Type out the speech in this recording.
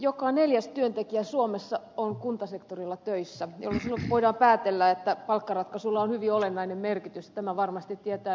joka neljäs työntekijä suomessa on kuntasektorilla töissä joten voidaan päätellä että palkkaratkaisulla on hyvin olennainen merkitys tämän varmasti tietää ed